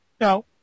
No